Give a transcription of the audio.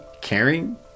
caring